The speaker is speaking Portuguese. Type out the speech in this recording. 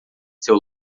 seu